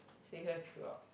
stay here throughout